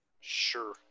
Sure